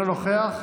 אינו נוכח,